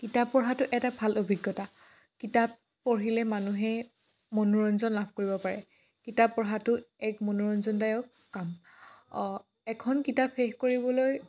কিতাপ পঢ়াটো এটা ভাল অভিজ্ঞতা কিতাপ পঢ়িলে মানুহে মনোৰঞ্জন লাভ কৰিব পাৰে কিতাপ পঢ়াটো এক মনোৰঞ্জনদায়ক কাম অঁ এখন কিতাপ শেষ কৰিবলৈ